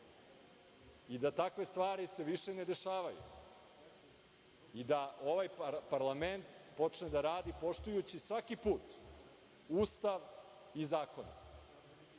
i da takve stvari se više ne dešavaju. Da ovaj parlament počne da radi poštujući svaki put Ustav i zakon,